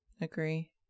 Agree